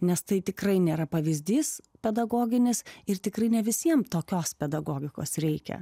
nes tai tikrai nėra pavyzdys pedagoginis ir tikrai ne visiem tokios pedagogikos reikia